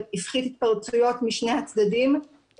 שהפחית את התפרצויות משני הצדדים.